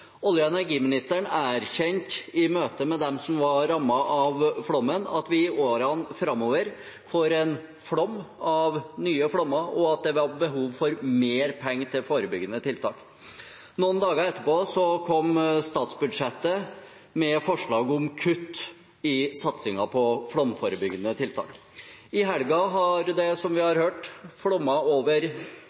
Olje- og energiministeren erkjente i møte med dem som var rammet av flommen, at vi i årene framover får en flom av nye flommer, og at det var behov for mer penger til forebyggende tiltak. Noen dager etterpå kom statsbudsjettet med forslag om kutt i satsingen på flomforebyggende tiltak. I helgen har det, som vi har hørt, igjen flommet over